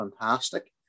fantastic